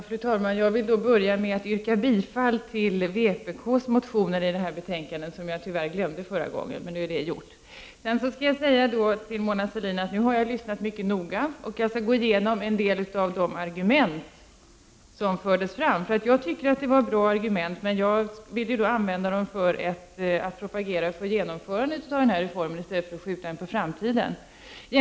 Fru talman! Jag vill börja med att yrka bifall till vpk:s motioner i detta betänkande, något som jag tyvärr glömde förra gången. Jag har lyssnat mycket noga på Mona Sahlin och skall gå igenom en del av de argument som fördes fram. Det var bra argument, men jag vill använda dem för att propagera för ett genomförande av reformen i stället för ett uppskjutande på framtiden.